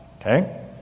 okay